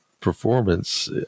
performance